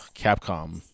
Capcom